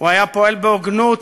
הוא היה פועל בהוגנות,